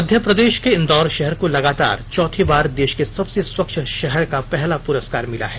मध्य प्रदेश के इंदौर शहर को लंगातार चौथीं बार देश के सबसे स्वच्छ शहर का पहला पुरस्कार मिला है